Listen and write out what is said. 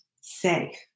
safe